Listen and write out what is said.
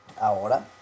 Ahora